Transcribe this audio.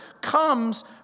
comes